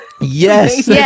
Yes